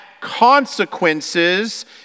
consequences